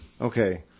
Okay